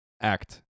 act